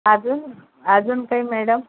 अजून अजून काही मॅडम